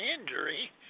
injury